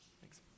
thanks